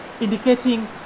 indicating